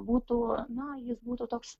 būtų na jis būtų toks